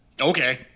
okay